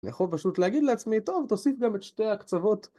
אני יכול פשוט להגיד לעצמי, טוב, תוסיף גם את שתי הקצוות.